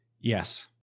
Yes